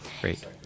Great